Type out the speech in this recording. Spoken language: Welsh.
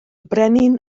brenin